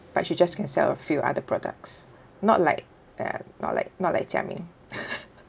but she just can sell so a few other products not like uh not like not like jia ming